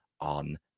on